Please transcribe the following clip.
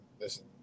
listen